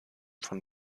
von